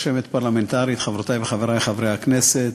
רשמת פרלמנטרית, חברותי וחברי חברי הכנסת,